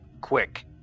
quick